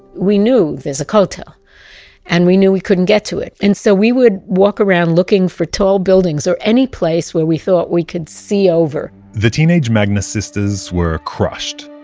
we knew there's a kotel and we knew we couldn't get to it. and so we would walk around looking for tall buildings or any place where we thought we could see over the teenage magnus sisters were crushed.